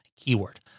keyword